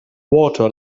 water